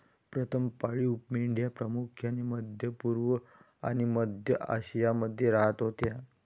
प्रथम पाळीव मेंढ्या प्रामुख्याने मध्य पूर्व आणि मध्य आशियामध्ये राहत होत्या